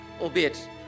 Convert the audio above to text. albeit